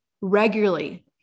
regularly